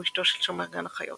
הוא "אשתו של שומר גן החיות".